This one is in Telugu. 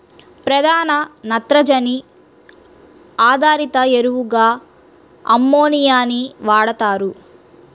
ప్రధాన నత్రజని ఆధారిత ఎరువుగా అమ్మోనియాని వాడుతారు